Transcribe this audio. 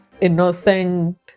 innocent